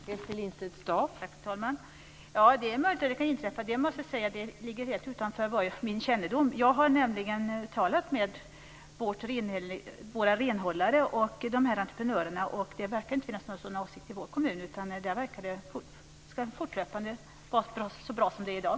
Fru talman! Det är möjligt att det kan inträffa. Det ligger helt utanför min kännedom. Jag har nämligen talat med våra renhållare och med entreprenörerna, och det verkar inte finnas några sådana avsikter i vår kommun. Där verkar det som om det skall fortsätta att vara så bra som det är i dag.